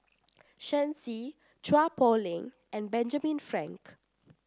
Shen Xi Chua Poh Leng and Benjamin Frank